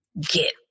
get